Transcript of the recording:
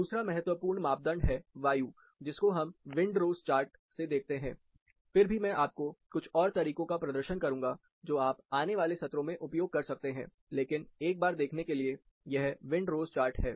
दूसरा महत्वपूर्ण मापदंड है वायु जिसको हम विंडरोज चार्ट से देख सकते हैं फिर भी मैं आपको कुछ और तरीकों का प्रदर्शन करूंगा जो आप आने वाले सत्रों में उपयोग कर सकते हैं लेकिन एक बार देखने के लिए यह विंडरोज चार्ट है